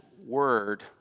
Word